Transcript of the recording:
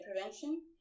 prevention